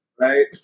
Right